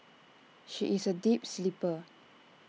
she is A deep sleeper